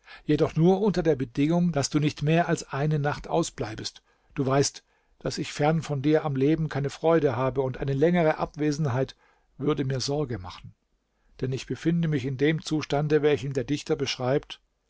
jedoch nur unter der bedingung daß du nicht mehr als eine nacht ausbleibest du weißt daß ich fern von dir am leben keine freude habe und eine längere abwesenheit würde mir sorge machen denn ich befinde mich in dem zustande welchen der dichter beschreibt